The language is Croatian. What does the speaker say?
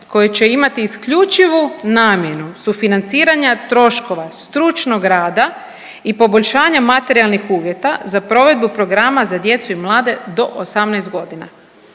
koja će imati isključivu namjenu sufinanciranja troškova stručnog rada i poboljšanja materijalnih uvjeta za provedbu programa za djecu i mlade do 18 godina.